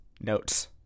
notes